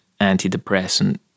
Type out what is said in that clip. antidepressant